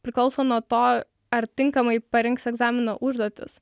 priklauso nuo to ar tinkamai parinks egzamino užduotis